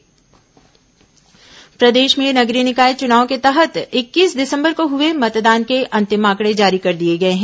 मतदान आंकड़े प्रदेश में नगरीय निकाय चुनाव के तहत इक्कीस दिसंबर को हुए मतदान के अंतिम आकड़े जारी कर दिए गए हैं